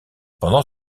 pendant